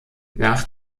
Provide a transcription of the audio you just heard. nach